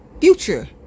future